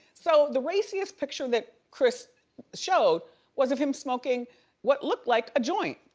so the raciest picture that chris showed was of him smoking what looked like a joint.